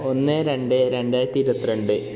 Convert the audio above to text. ഒന്ന് രണ്ട് രണ്ടായിരത്തി ഇരുപത്തിരണ്ട്